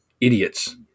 idiots